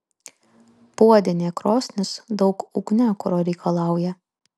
puodinė krosnis daug ugniakuro reikalauja